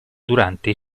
durante